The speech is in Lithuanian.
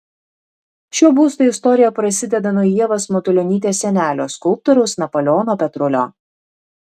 šio būsto istorija prasideda nuo ievos matulionytės senelio skulptoriaus napoleono petrulio